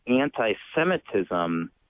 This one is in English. anti-Semitism